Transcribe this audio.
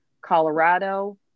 Colorado